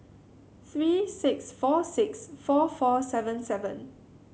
three six four six four four seven seven